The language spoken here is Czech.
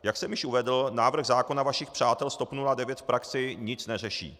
Jak jsem již uvedl, návrh zákona vašich přátel z TOP 09 v praxi nic neřeší.